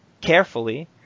carefully